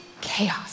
chaos